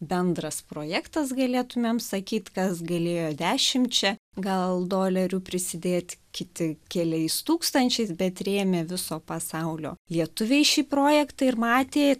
bendras projektas galėtumėm sakyt kas galėjo dešimčia gal dolerių prisidėt kiti keliais tūkstančiais bet rėmė viso pasaulio lietuviai šį projektą ir matė